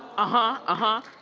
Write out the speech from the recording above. aww. uh-huh, uh-huh.